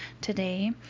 today